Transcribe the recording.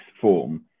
form